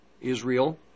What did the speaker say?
Israel